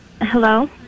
Hello